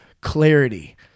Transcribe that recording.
Clarity